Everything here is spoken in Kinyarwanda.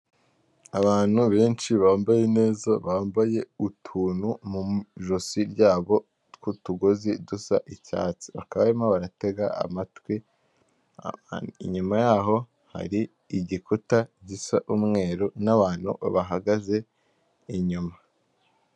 Abantu benshi bambaye neza, bambaye utuntu mu ijosi ryabo tw'utugozi dusa icyatsi, bakaba barimo baratega amatwi, inyuma yaho hari igikuta gisa umweru, n'abantu bahagaze inyuma.